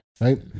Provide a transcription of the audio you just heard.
Right